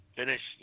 finish